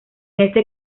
este